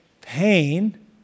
pain